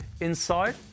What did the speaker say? Inside